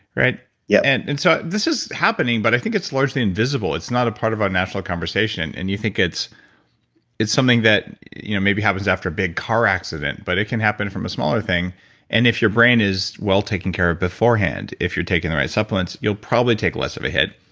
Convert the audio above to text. yeah and and so this is happening but i think it's largely invisible. it's not a part of our national conversation and you think it's it's something that you know maybe happens after a big car accident. but it can happen from a smaller thing and if your brain is well taken care of before hand, if you're taking the right supplements, you'll probably take less of a hit.